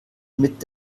mit